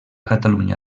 catalunya